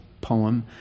poem